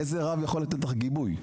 איזה רב יכול לתת לך גיבוי?